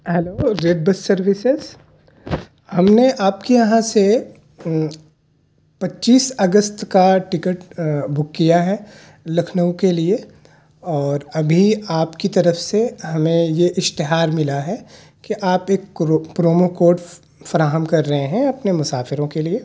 hello Red Bus services ہم نے آپ کے یہاں سے پچیس اگست کا ٹکٹ بک کیا ہے لکھنؤ کے لیے اور ابھی آپ کی طرف سے ہمیں یہ اشتہار ملا ہے کہ آپ ایک کرو پرومو کوڈ فراہم کر رہے ہیں اپنے مسافروں کے لیے